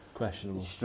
Questionable